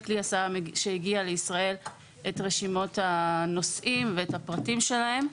כלי הסעה שהגיע לישראל את רשימות הנוסעים ואת הפרטים שלהם.